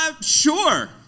Sure